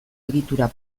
egitura